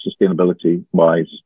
sustainability-wise